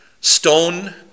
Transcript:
stone